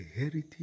Heritage